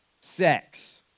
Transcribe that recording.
sex